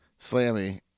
Slammy